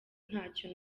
ntacyo